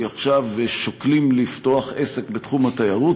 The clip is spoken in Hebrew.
עכשיו ושוקלים אם לפתוח עסק בתחום התיירות,